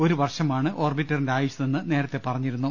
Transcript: ഒരു വർഷ മാണ് ഓർബിറ്ററിന്റെ ആയുസ്സെന്ന് നേരത്തെ പറഞ്ഞിരുന്നു